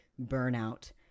burnout